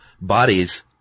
bodies